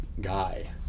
guy